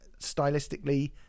stylistically